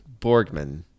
Borgman